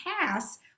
pass